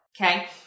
Okay